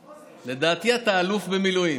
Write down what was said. לדעתי, אתה אלוף במילואים.